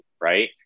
right